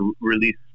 release